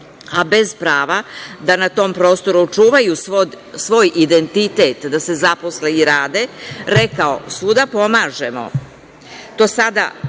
a bez prava da na tome prostoru čuvaju svoj identitet, da se zaposle i rade, rekao – svuda pomažemo.